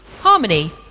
Harmony